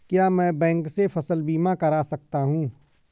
क्या मैं बैंक से फसल बीमा करा सकता हूँ?